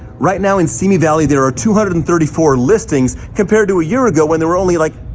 right now in simi valley, there are two hundred and thirty four listings compared to a year ago when they were only like.